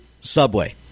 Subway